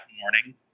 morning